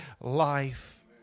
life